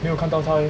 没有看到他 leh